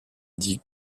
dit